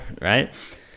right